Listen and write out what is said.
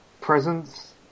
presence